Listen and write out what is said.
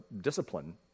discipline